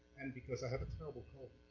and because i have a terrible cold.